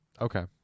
Okay